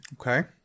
Okay